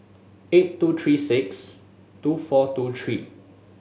eight two three six two four two three